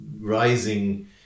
rising